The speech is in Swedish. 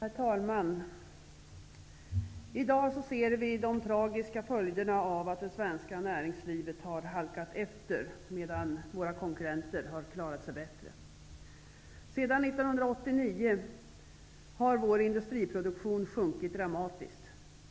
Herr talman! I dag ser vi de tragiska följderna av att det svenska näringslivet har halkat efter, medan våra konkurrenter har klarat sig bättre. Sedan 1989 har vår industriproduktion sjunkit dramatiskt.